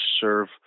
serve